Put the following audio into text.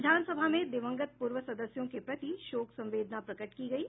विधानसभा में दिवंगत पूर्व सदस्यों के प्रति शोक संवेदना प्रकट की गयी